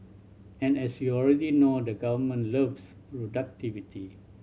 and as you already know the government loves productivity